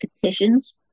petitions